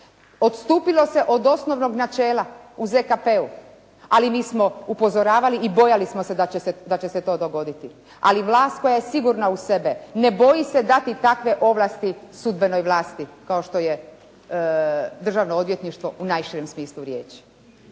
Odstupilo se od osnovnog načela u ZKP-u, ali mi smo upozoravali i bojali smo se da će se to dogoditi. Ali vlast koja je sigurna u sebe ne boji se dati takve ovlasti sudbenoj vlasti kao što je državno odvjetništvo u najširem smislu riječi.